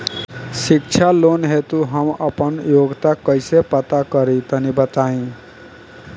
शिक्षा लोन हेतु हम आपन योग्यता कइसे पता करि तनि बताई?